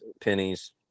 pennies